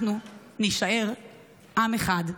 אנחנו נישאר עם אחד.